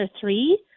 three